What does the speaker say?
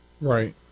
Right